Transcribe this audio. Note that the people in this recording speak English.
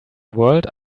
world